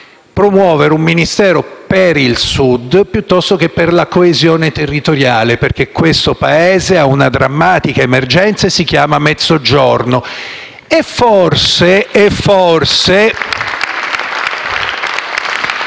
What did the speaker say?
promuovere un Ministero per il Sud piuttosto che per la coesione territoriale, perché questo Paese ha una drammatica emergenza che si chiama Mezzogiorno. *(Applausi